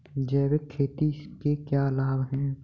जैविक खेती के क्या लाभ हैं?